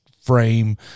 frame